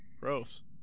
Gross